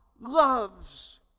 loves